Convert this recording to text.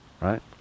Right